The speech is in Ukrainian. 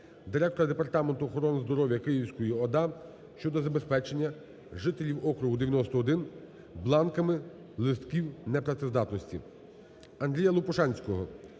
директора департаменту охорони здоров’я Київської ОДА щодо забезпечення жителів округу № 91 бланками листків непрацездатності.